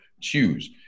choose